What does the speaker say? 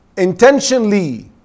Intentionally